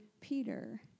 Peter